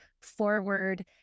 forward